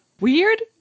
weird